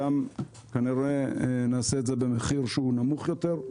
וכנראה נעשה את זה גם במחיר נמוך יותר.